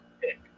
pick